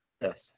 Yes